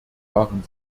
waren